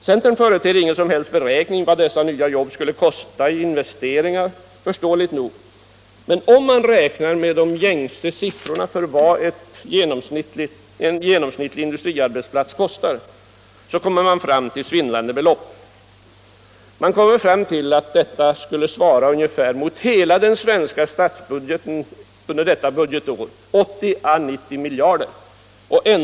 Centern företer ingen som helst beräkning över vad dessa nya jobb skulle kosta i investeringar — förståeligt nog. Men om man räknar med gängse siffror för vad en genomsnittlig industriarbetsplats kostar så kommer man fram till svindlande belopp. Man kommer fram till att detta skulle svara ungefär mot hela den svenska statsbudgeten under detta budgetår, 80 å 90 miljarder.